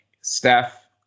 steph